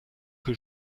que